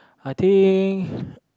I think